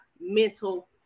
mental